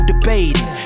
debating